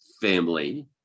family